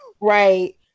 Right